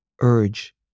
urge